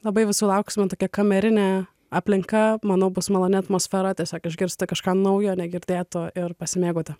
labai visų lauksime tokia kamerinė aplinka manau bus maloni atmosfera tiesiog išgirsta kažką naujo negirdėto ir pasimėgauti